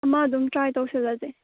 ꯑꯃ ꯑꯗꯨꯝ ꯇ꯭ꯔꯥꯏ ꯇꯧꯁꯜꯂꯁꯦ